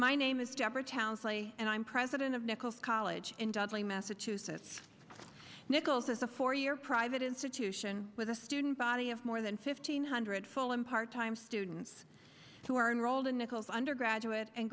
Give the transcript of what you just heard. town and i'm president of nichols college in dudley massachusetts nichols as a four year private institution with a student body of more than fifteen hundred full and part time students who are enrolled in nichols undergraduate and